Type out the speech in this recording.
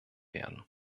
werden